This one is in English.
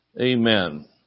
Amen